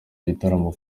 igitaramo